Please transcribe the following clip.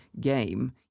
game